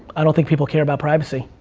i don't think people care about privacy.